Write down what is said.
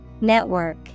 Network